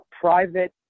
private